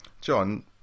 John